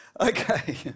Okay